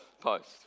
post